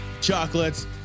chocolates